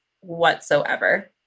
whatsoever